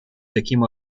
таким